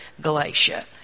Galatia